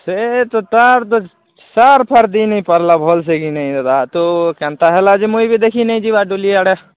ସେ ତ ତାର ତ ସାର୍ ଫାର୍ ଦେଇ ନେଇ ପାରିଲା ଭଲ୍ସେ କି ନେଇ ଦାଦା ତ କେନ୍ତା ହେଲା ଯେ ମୁଇଁ ଦେଖି ନେଇଯିବା ଦୁଲି ଆଡ଼େ